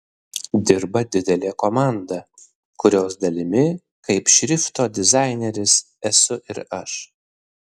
dirba didelė komanda kurios dalimi kaip šrifto dizaineris esu ir aš